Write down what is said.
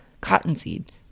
cottonseed